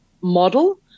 model